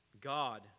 God